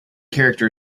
character